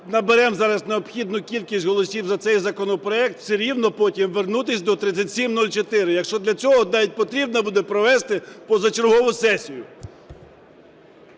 наберемо зараз необхідну кількість голосів за цей законопроект все рівно потім вернутися до 3704, якщо для цього навіть потрібно буде провести позачергову сесію.